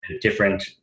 different